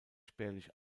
spärlich